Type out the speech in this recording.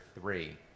three